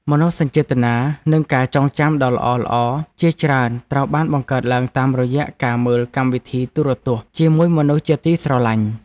មនោសញ្ចេតនានិងការចងចាំដ៏ល្អៗជាច្រើនត្រូវបានបង្កើតឡើងតាមរយៈការមើលកម្មវិធីទូរទស្សន៍ជាមួយមនុស្សជាទីស្រឡាញ់។